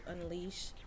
unleash